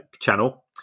channel